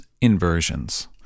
inversions